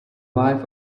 life